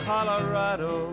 Colorado